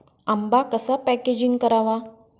आंबा कसा पॅकेजिंग करावा?